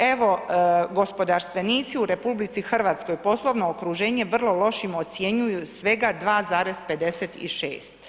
Evo, gospodarstvenici u RH, poslovno okruženje vrlo lošim ocjenjuju svega 2,56%